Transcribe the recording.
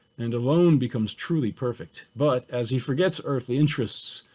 and alone becomes truly perfect. but as he forgets earthly interests,